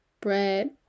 bread